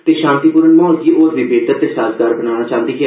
पुलस शांतिपूर्ण माहौल गी होर बी बेहतर ते साजगार बनाना चाहंदी ऐ